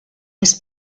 his